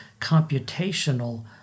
computational